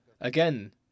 Again